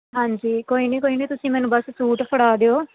ਹਾਂਜੀ ਕੋਈ ਨਹੀਂ ਕੋਈ ਨਹੀਂ ਤੁਸੀਂ ਮੈਨੂੰ ਬਸ ਸੂਟ ਫੜਾ ਦਿਓ